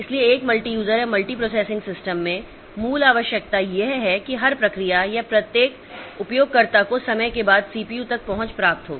इसलिए एक multi user या मल्टीप्रोसेसिंग सिस्टम में मूल आवश्यकता यह है कि हर प्रक्रिया या प्रत्येक उपयोगकर्ता को समय के बाद सीपीयू तक पहुंच प्राप्त हो